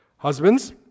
Husbands